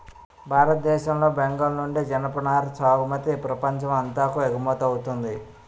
భారతదేశం లో బెంగాల్ నుండి జనపనార సాగుమతి ప్రపంచం అంతాకు ఎగువమౌతుంది